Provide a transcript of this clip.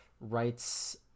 writes